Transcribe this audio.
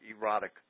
erotic